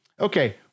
Okay